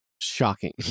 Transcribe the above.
shocking